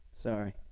Sorry